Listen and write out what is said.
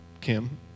Kim